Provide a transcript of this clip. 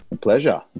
Pleasure